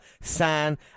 San